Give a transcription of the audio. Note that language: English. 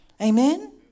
amen